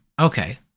okay